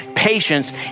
Patience